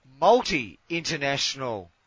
multi-international